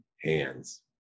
hands